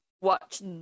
watch